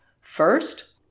First